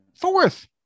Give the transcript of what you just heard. Fourth